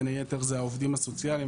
בין היתר זה העובדים הסוציאליים,